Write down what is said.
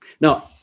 Now